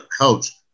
coach